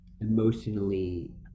emotionally